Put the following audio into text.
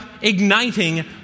igniting